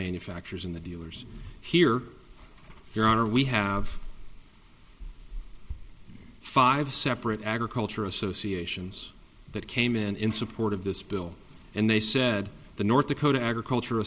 manufacturers in the dealers here your honor we have five separate agriculture associations that came in in support of this bill and they said the north dakota agriculture